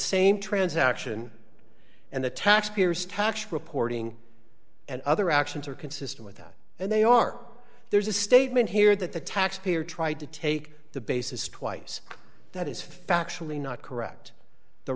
same transaction and the taxpayer's tax reporting and other actions are consistent with that and they are there's a statement here that the taxpayer tried to take the basis twice that is factually not correct the